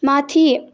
माथि